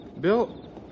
Bill